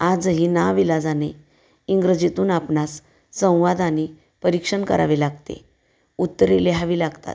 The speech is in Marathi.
आजही नाईलाजाने इंग्रजीतून आपणास संवाद आणि परीक्षण करावे लागते उत्तरे लिहावी लागतात